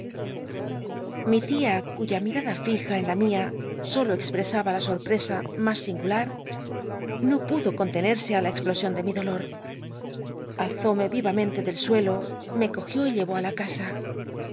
mi tia cuya mirada fija en la mia solo expresaba la sorpresa mas singular no pudo con tenerse la cxplosion de mi dolor alzóme vi'amen te del suelo me cogió y llc ó á la casa